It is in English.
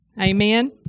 Amen